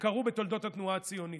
שקרו בתולדות התנועה הציונית.